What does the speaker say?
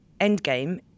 Endgame